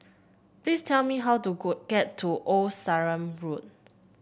please tell me how to get to Old Sarum Road